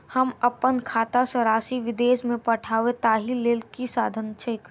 हम अप्पन खाता सँ राशि विदेश मे पठवै ताहि लेल की साधन छैक?